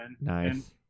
Nice